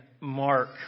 Mark